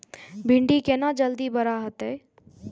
भिंडी केना जल्दी बड़ा होते?